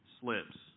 slips